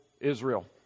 Israel